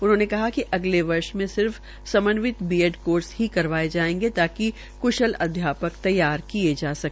उन्होंने कहा कि अगले वर्ष में सिर्फ समन्वित बी ऐसे कोर्स ही करवाये जायेंगे ताकि कुशल अध्यापक तैयार किये जा सके